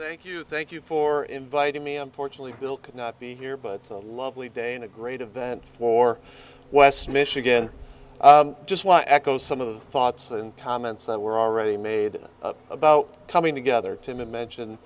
thank you thank you for inviting me unfortunately bill could not be here but it's a lovely day and a great event for west michigan just one echo some of the thoughts and comments that were already made about coming together to mention